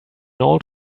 old